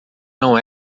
não